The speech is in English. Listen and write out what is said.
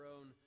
own